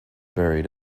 buried